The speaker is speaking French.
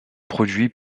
produit